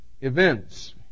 events